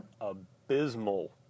abysmal